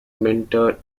mentor